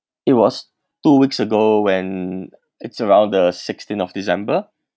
it was two weeks ago when it's around the sixteen of december